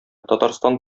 татарстан